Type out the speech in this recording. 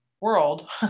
world